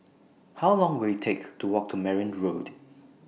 How Long Will IT Take to Walk to Merryn Road